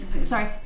Sorry